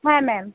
হ্যাঁ ম্যাম